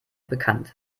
bekannt